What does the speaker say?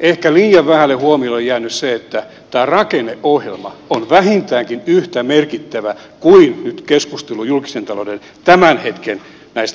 ehkä liian vähälle huomiolle on jäänyt se että tämä rakenneohjelma on vähintäänkin yhtä merkittävä kuin nyt keskustelu näistä julkisen talouden tämän hetken